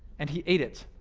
and he ate it.